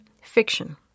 fiction